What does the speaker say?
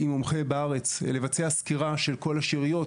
עם מומחה בארץ לבצע סקירה של השאריות